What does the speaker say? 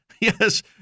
Yes